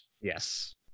Yes